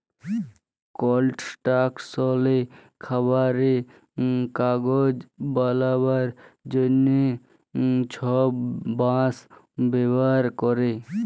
কলস্ট্রাকশলে, খাবারে, কাগজ বালাবার জ্যনহে ছব বাঁশ ব্যাভার ক্যরে